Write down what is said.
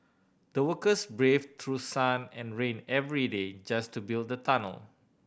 the workers braved through sun and rain every day just to build the tunnel